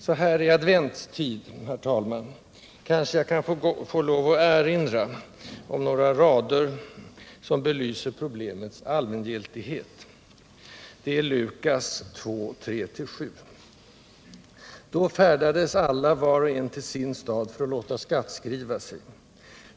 Så här i adventstid, herr talman, kanske jag kan få lov att erinra om några rader som belyser problemets allmängiltighet. De är hämtade ur Lukas 2:3-7. ”3. Då färdades alla var och en till sin stad, för att låta skattskriva sig. 4.